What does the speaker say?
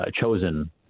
chosen